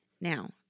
Now